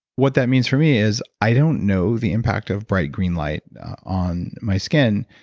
what that means for me is, i don't know the impact of bright green light on my skin.